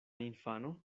infano